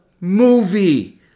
movie